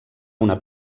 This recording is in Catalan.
una